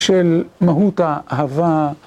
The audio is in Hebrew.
של מהות האהבה